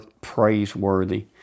praiseworthy